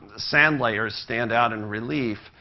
sand layers stand out in relief.